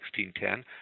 1610